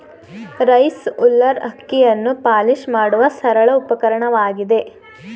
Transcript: rice huller ಅಕ್ಕಿಯನ್ನು polish ಮಾಡುವ ಸರಳ ಉಪಕರಣವಾಗಿದೆ